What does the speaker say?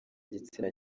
igitsina